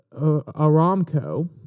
Aramco